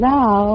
now